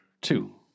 two